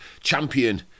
champion